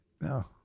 No